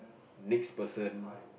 next person